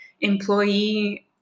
employee